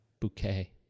bouquet